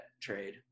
trade